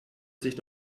sich